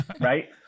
Right